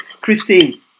Christine